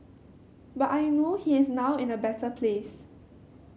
but I know he is now in a better place